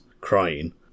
crying